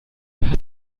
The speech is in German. hat